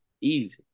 easy